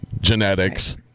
Genetics